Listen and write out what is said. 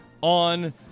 on